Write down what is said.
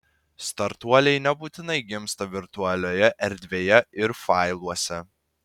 startuoliai nebūtinai gimsta virtualioje erdvėje ir failuose